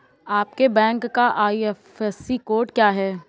आपके बैंक का IFSC code क्या है?